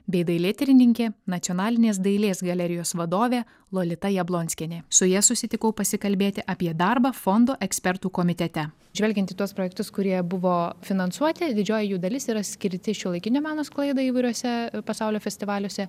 bei dailėtyrininkė nacionalinės dailės galerijos vadovė lolita jablonskienė su ja susitikau pasikalbėti apie darbą fondo ekspertų komitete žvelgiant į tuos projektus kurie buvo finansuoti didžioji jų dalis yra skirti šiuolaikinio meno sklaidai įvairiuose pasaulio festivaliuose